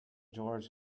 george